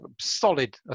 solid